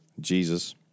Jesus